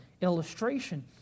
illustration